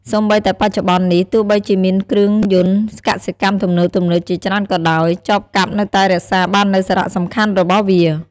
សូម្បីតែបច្ចុប្បន្ននេះ ទោះបីជាមានគ្រឿងយន្តកសិកម្មទំនើបៗជាច្រើនក៏ដោយ ចបកាប់នៅតែរក្សាបាននូវសារៈសំខាន់របស់វា។